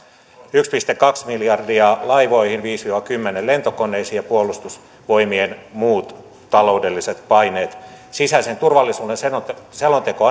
yksi pilkku kaksi miljardia laivoihin viisi viiva kymmenen miljardia lentokoneisiin ja puolustusvoimien muut taloudelliset paineet sisäisen turvallisuuden selonteko